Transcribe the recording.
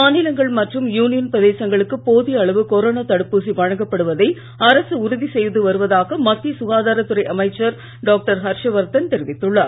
மாநிலங்கள் மற்றும் யூனியன் பிரதேசங்களுக்குப் போதிய அளவு கொரோனா தடுப்பூசி வழங்கப்படுவதை அரசு உறுதி செய்து வருவதாக மத்திய சுகாதாரத்துறை அமைச்சர் ஹர்ஷவர்தன் தொிவித்துள்ளார்